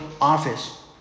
office